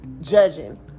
judging